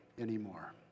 anymore